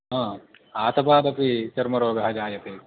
हा आतपादपि चर्मरोगः जायते इति